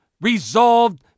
resolved